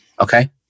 Okay